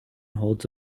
holds